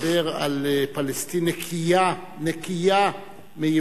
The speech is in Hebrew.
מדבר על פלסטין נקייה מיהודים,